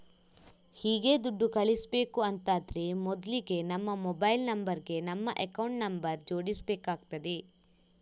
ಹೀಗೆ ದುಡ್ಡು ಕಳಿಸ್ಬೇಕು ಅಂತಾದ್ರೆ ಮೊದ್ಲಿಗೆ ನಮ್ಮ ಮೊಬೈಲ್ ನಂಬರ್ ಗೆ ನಮ್ಮ ಅಕೌಂಟ್ ನಂಬರ್ ಜೋಡಿಸ್ಬೇಕಾಗ್ತದೆ